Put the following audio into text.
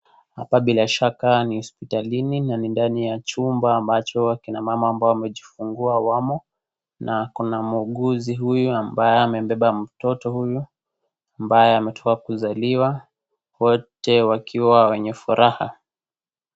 Hapa bila shaka ni hospitalini na ni ndani ya chumba ambacho, kina mama ambao wamejifungua wamo na kuna muuguzi huyu ambaye amembeba mtoto huyu, ambaye ametoka kuzaliwa. Wote wakiwa wenye furaha.